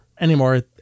anymore